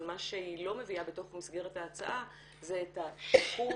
אבל מה שהיא לא מביאה במסגרת ההצעה זה את השיקום